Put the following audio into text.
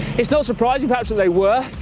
it's not surprising, perhaps that they were,